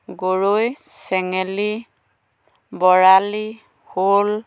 গৰৈ চেঙেলী বৰালি শ'ল